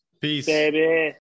Peace